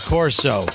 Corso